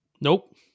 Nope